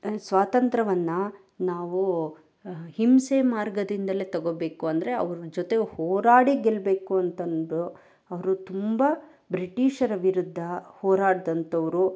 ಸ್ವಾತಂತ್ರವನ್ನು ನಾವು ಹಿಂಸೆ ಮಾರ್ಗದಿಂದಲೇ ತಗೋಬೇಕು ಅಂದರೆ ಅವ್ರ ಜೊತೆ ಹೋರಾಡಿ ಗೆಲ್ಲಬೇಕು ಅಂತ ಅಂದರು ಅವರು ತುಂಬ ಬ್ರಿಟೀಷರ ವಿರುದ್ಧ ಹೋರಾಡಿದಂಥವ್ರು